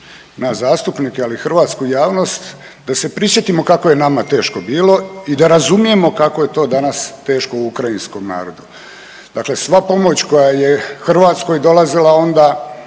nas zastupnike ali i hrvatsku javnost da se prisjetimo kako je nama teško bilo i da razumijemo kako je to danas teško ukrajinskom narodu. Dakle, sva pomoć koja je Hrvatskoj dolazila onda